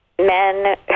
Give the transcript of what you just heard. men